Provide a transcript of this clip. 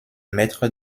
maîtres